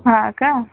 हां का